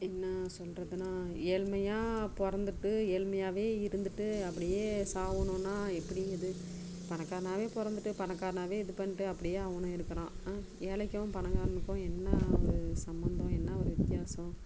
என்ன சொல்கிறதுனா ஏழ்மையாக பிறந்துட்டு ஏழ்மையாகவே இருந்துட்டு அப்படியே சாவணும்னா எப்படி அது பணக்காரனாகவே பிறந்துட்டு பணக்காரனாகவே இது பண்ணிட்டு அப்படியே அவனும் இருக்கிறான் ஏழைக்கும் பணக்காரனுக்கும் என்ன ஒரு சம்மந்தம் என்ன ஒரு வித்தியாசம்